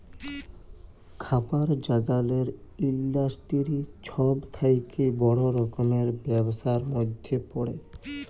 খাবার জাগালের ইলডাসটিরি ছব থ্যাকে বড় রকমের ব্যবসার ম্যধে পড়ে